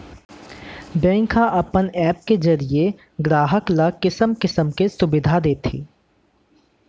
bank ह अपन app के जरिये गराहक ल किसम किसम के सुबिधा देत हे